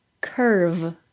curve